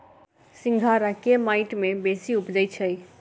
सिंघाड़ा केँ माटि मे बेसी उबजई छै?